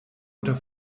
unter